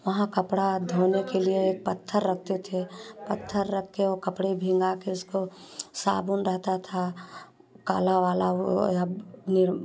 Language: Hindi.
वहाँ कपड़ा धोने के लिए पत्थर रखते थे पत्थर रख कर ओ कपड़े भिगा के उसको साबुन रहता था काला बाला